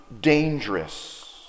dangerous